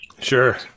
Sure